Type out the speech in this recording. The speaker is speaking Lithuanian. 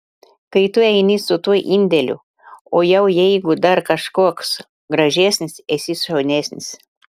kai tu eini su tuo indeliu o jau jeigu dar kažkoks gražesnis esi šaunesnis